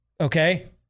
Okay